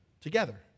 together